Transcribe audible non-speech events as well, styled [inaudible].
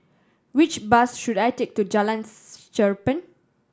which bus should I take to Jalan [noise] Cherpen